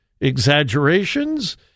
exaggerations